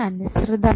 അനുസൃതമായി